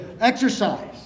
exercise